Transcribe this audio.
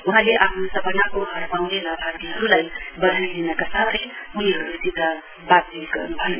वहाँले आफ्नो सपनाको घर पाउने लाभार्थीहरूलाई बधाइ दिनका साथै उनीहरूसित बातचीत गर्नुभयो